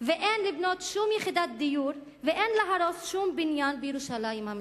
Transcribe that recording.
ואין לבנות שום יחידת דיור ואין להרוס שום בניין בירושלים המזרחית.